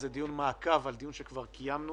זה דיון מעקב על דיון שכבר קיימנו.